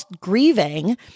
grieving